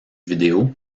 vidéo